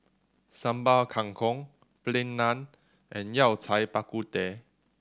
Sambal Kangkong Plain Naan and Yao Cai Bak Kut Teh